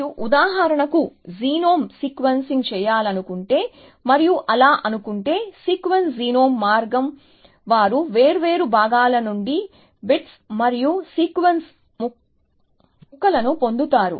మీరు ఉదాహరణకు genome sequencing చేయాలనుకుంటే మరియు అలా అనుకుంటే సీక్వెన్స్ జీనోమ్ మార్గం వారు వేర్వేరు భాగాల నుండి బిట్స్ మరియు సీక్వెన్స్ ముక్కలను పొందుతారు